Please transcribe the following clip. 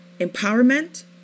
empowerment